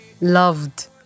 loved